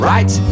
Right